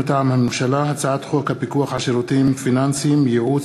מטעם הממשלה: הצעת חוק הפיקוח על שירותים פיננסיים (ייעוץ,